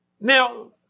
Now